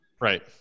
Right